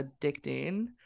addicting